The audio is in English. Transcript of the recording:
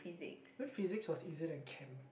why Physics was easier than Chem